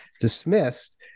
dismissed